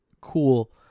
cool